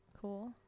Cool